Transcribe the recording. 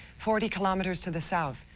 forty kilometers to the south.